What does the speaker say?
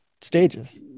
stages